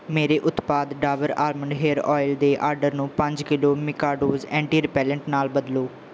ਮੇਰੇ ਉਤਪਾਦ Dabur almond hair oil ਦੇ ਆਰਡਰ ਨੂੰ ਪੰਜ ਕਿਲੋ ਮਿਕਾਡੋਜ਼ ਐਂਟੀ ਰਿਪੈਲੈਂਟ ਨਾਲ ਬਦਲੋ